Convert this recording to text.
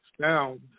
sound